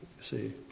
see